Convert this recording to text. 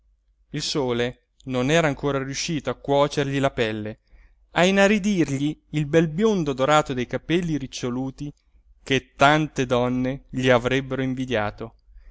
il sole non era ancora riuscito a cuocergli la pelle a inaridirgli il bel biondo dorato dei capelli riccioluti che tante donne gli avrebbero invidiato